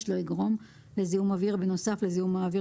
לא יגרום לזיהום אוויר בנוסף לזיהום האוויר